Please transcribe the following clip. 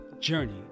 journey